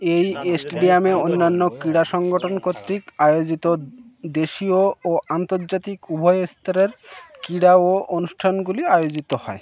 এই স্টেডিয়ামে অন্যান্য ক্রীড়া সংগঠন কর্তৃক আয়োজিত দেশীয় ও আন্তর্জাতিক উভয় স্তরের ক্রীড়া ও অনুষ্ঠানগুলি আয়োজিত হয়